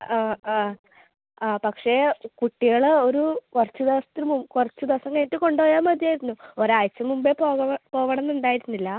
ആ ആ പക്ഷെ കുട്ടികളെ ഒരു കുറച്ച് ദിവസത്തിന് കുറച്ച് ദിവസം കഴിഞ്ഞിട്ട് കൊണ്ടുപോയാൽ മതി ആയിരുന്നു ഒരാഴ്ച മുമ്പേ പോവുക പോവണമെന്ന് ഉണ്ടായിരുന്നില്ല